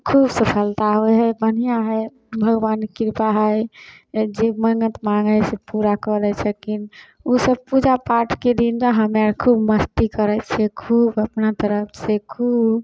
खूब सफलता होइ हइ बढ़िआँ हइ भगवानके कृपा हइ जे मन्नत माँगै हइ से पूरा कऽ दऽ छथिन ओसब पूजा पाठके दिन ने हमे खूब मस्ती करै छिए खूब अपना तरफसे खूब